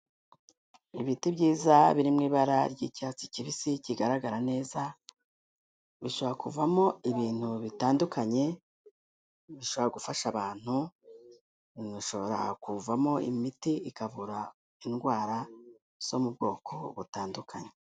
Ibiti byiza, biri mu ibara ry'icyatsi kibisi kigaragara neza, bishobora kuvamo ibintu bitandukanye, bishobora gufasha abantu, bishobora kuvamo imiti, ikavura indwara, zo mu bwoko butandukanye.